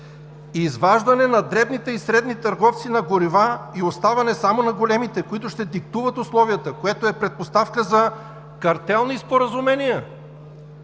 – изваждане на дребните и средните търговци на горива и оставане само на големите, които ще диктуват условията, което е предпоставка за картелни споразумения,